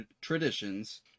traditions